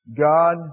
God